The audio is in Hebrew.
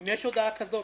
אם יש הודעה כזאת,